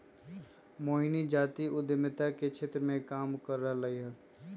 मोहिनी जाति उधमिता के क्षेत्र मे काम कर रहलई ह